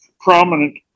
prominent